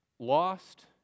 Lost